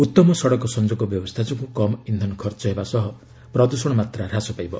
ଉତ୍ତମ ସଡ଼କ ସଂଯୋଗ ବ୍ୟବସ୍ଥା ଯୋଗୁଁ କମ୍ ଇନ୍ଧନ ଖର୍ଚ୍ଚ ହେବା ସହ ପ୍ରଦୃଷଣ ମାତ୍ରା ହ୍ରାସ ପାଇବ